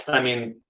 i mean,